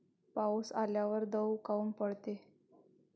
पाऊस आल्यावर दव काऊन पडते?